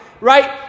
right